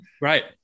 Right